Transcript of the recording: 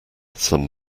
some